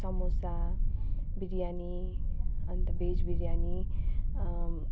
समोसा बिरयानी अन्त भेज बिरयानी